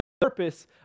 purpose